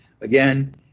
Again